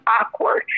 awkward